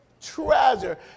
treasure